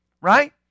right